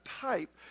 type